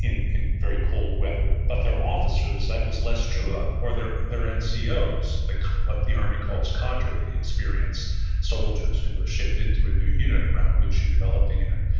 in in very cold weather. but their officers, that was less true of, or their their and ncos. what the army calls cadre, the experienced soldiers who are shipped into a new unit around which you develop the unit,